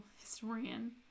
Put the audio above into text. historian